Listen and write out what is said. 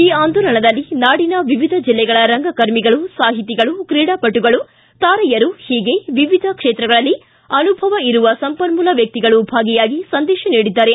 ಈ ಆಂದೋಲನದಲ್ಲಿ ನಾಡಿನ ವಿವಿಧ ಜಿಲ್ಲೆಗಳ ರಂಗಕರ್ಮಿಗಳು ಸಾಹಿತಿಗಳು ತ್ರೀಡಾಪಟುಗಳು ತಾರೆಯರು ಹೀಗೆ ವಿವಿಧ ಕ್ಷೇತ್ರಗಳಲ್ಲಿ ಅನುಭವ ಇರುವ ಸಂಪನ್ನೂಲ ವ್ವಕ್ತಿಗಳು ಭಾಗಿಯಾಗಿ ಸಂದೇಶ ನೀಡಿದ್ದಾರೆ